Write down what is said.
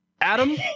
Adam